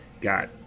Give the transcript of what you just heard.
got